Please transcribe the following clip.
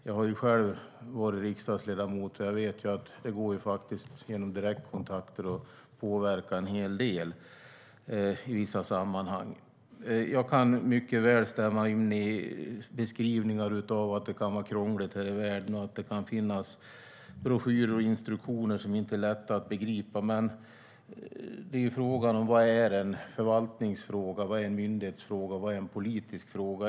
Jag har ju själv varit riksdagsledamot och vet att det går att påverka en hel del genom direktkontakter i vissa sammanhang. Jag kan mycket väl stämma in i beskrivningar av att det kan vara krångligt här i världen och att det kan finnas broschyrer och instruktioner som inte är lätta att begripa. Men frågan är vad som är en förvaltningsfråga, vad som är en myndighetsfråga och vad som är en politisk fråga.